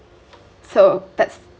so that's